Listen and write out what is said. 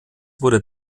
wurde